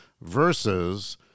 versus